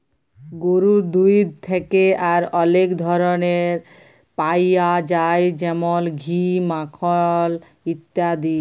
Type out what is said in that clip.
গরুর দুহুদ থ্যাকে আর অলেক ধরলের পাউয়া যায় যেমল ঘি, মাখল ইত্যাদি